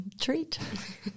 treat